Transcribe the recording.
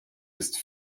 ist